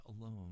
alone